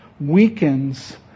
weakens